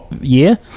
year